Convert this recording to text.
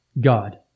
God